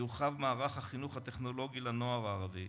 יורחב מערך החינוך הטכנולוגי לנוער ערבי,